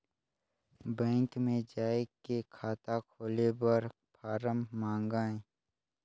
Bank मे जाय के खाता खोले बर फारम मंगाय?